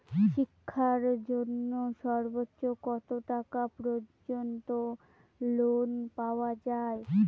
শিক্ষার জন্য সর্বোচ্চ কত টাকা পর্যন্ত লোন পাওয়া য়ায়?